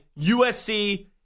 USC